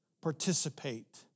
participate